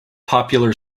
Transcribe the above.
popular